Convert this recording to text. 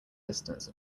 distance